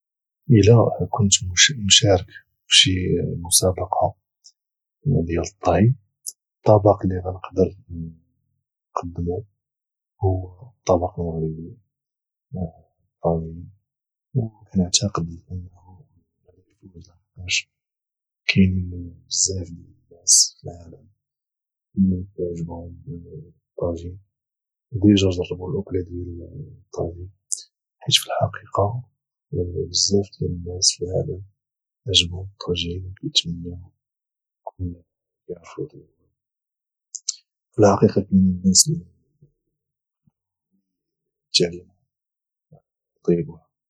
الى كنت مشارك فشي مسابقة ديال الطهي الطبق اللي غنقدر نقدمو هو الطبق المغربي الطاجين او كنعتاقد انه غادي يفوز لحقاش كاينين بزاف ديال الناس في العالم كيعجبهم الطاجين وديجا جربو الأكلة ديال الطاجين حيت في الحقيقة بزاف ديال الناس في العالم عجبهم الطاجين وكيتمناو كون كيعرفو يطيبوه وفي الحقيقة كاينين ناس اللي تعلمو يطيبوه